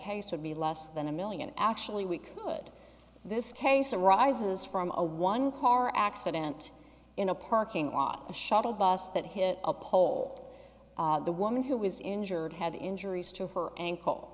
case would be less than a million actually we could this case arises from a one car accident in a parking lot a shuttle bus that hit a pole the woman who was injured had injuries to her ankle